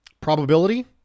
Probability